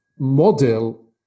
model